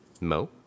Mo